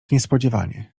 niespodzianie